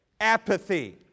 apathy